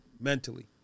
mentally